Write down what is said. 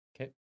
Okay